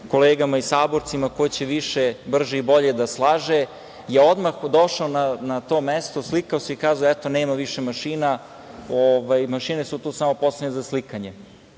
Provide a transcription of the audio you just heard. kolegama i saborcima ko će više, brže i bolje da slaže, je odmah došao na to mesto, slikao se i rekao – nema više mašine, mašine su tu samo postavljene za slikanje.Za